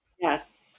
Yes